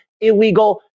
illegal